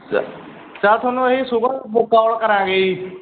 ਚੱਲ ਚੱਲ ਤੁਹਾਨੂੰ ਅਸੀਂ ਸੁਬਾ ਬ ਕਾਲ ਕਰਾਂਗੇ ਜੀ